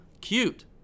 cute